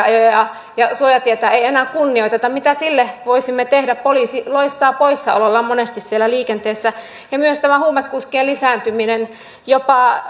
ajoja ja ja suojatietä ei enää kunnioiteta mitä sille voisimme tehdä poliisi loistaa poissaolollaan monesti siellä liikenteessä myös tämä huumekuskien lisääntyminen jopa